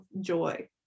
joy